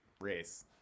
race